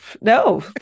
No